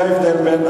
זה ההבדל בין,